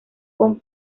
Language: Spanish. con